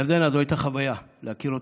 ירדנה, זו הייתה חוויה להכיר אותך.